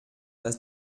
dass